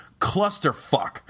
clusterfuck